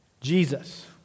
Jesus